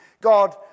God